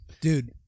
Dude